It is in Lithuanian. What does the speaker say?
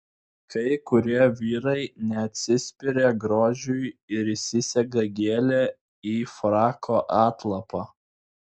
kai kurie vyrai neatsispiria grožiui ir įsisega gėlę į frako atlapą